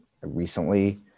recently